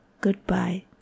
Goodbye